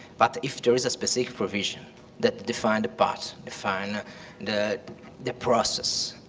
but if there is a specific provision that defined a part, defined the the process,